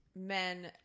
men